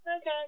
Okay